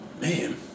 Man